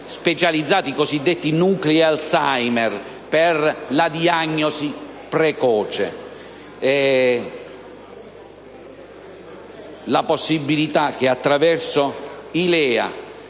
specializzati, i cosiddetti nuclei Alzheimer per la diagnosi precoce;